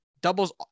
doubles